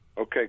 Okay